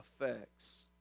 effects